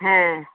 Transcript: হ্যাঁ